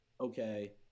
okay